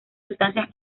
sustancias